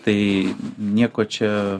tai nieko čia